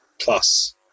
plus